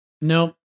no